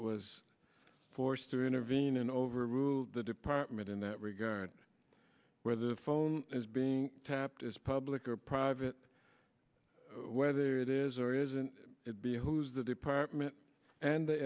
was forced to intervene and overruled the department in that regard whether the phone is being tapped as public or private whether it is or isn't it behooves the department and the